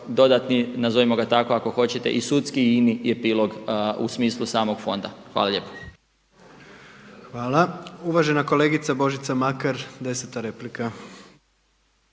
dodatni nazovimo ga tako ako hoćete i sudski i ini epilog u smislu samog fonda. Hvala lijepo. **Jandroković, Gordan (HDZ)** Hvala. Uvažena kolegica Božica Makar 10. replika.